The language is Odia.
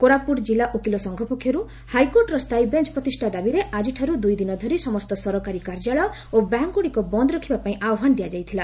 କୋରାପୁଟ ଜିଲ୍ଲା ଓକିଲ ସଂଘ ପକ୍ଷରୁ ହାଇକୋର୍ଟର ସ୍ସାୟୀ ବେଞ୍ ପ୍ରତିଷ୍ଠା ଦାବିରେ ଆକିଠାରୁ ଦୂଇଦିନ ଧରି ସମସ୍ତ ସରକାରୀ କାର୍ଯ୍ୟାଳୟ ଓ ବ୍ୟାଙ୍କଗୁଡ଼ିକୁ ବନ୍ଦ ରଖିବା ପାଇଁ ଆହ୍ୱାନ ଦିଆଯାଇଥିଲା